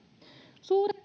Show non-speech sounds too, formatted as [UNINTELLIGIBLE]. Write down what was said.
suuret [UNINTELLIGIBLE]